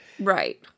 Right